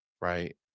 right